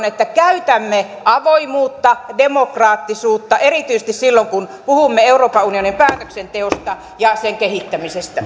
että käytämme avoimuutta demokraattisuutta erityisesti silloin kun puhumme euroopan unionin päätöksenteosta ja sen kehittämisestä